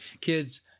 kids